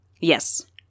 Yes